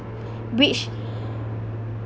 which